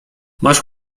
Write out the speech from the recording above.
masz